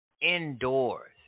Indoors